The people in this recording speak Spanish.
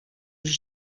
sus